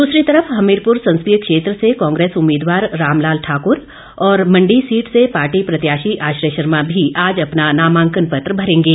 दूसरी तरफ हमीरपुर संसदीय क्षेत्र से कांग्रेस उम्मीदवार रामलाल ठाक्र और मंडी सीट से पार्टी प्रत्याशी आश्रय शर्मा भी आज अपना नामांकन पत्र भरेंगे